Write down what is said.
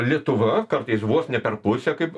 lietuva kartais vos ne per pusę kaip